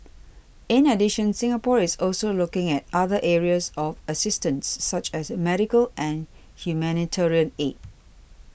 in addition Singapore is also looking at other areas of assistance such as medical and humanitarian aid